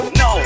no